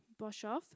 Boshoff